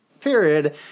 period